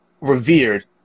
revered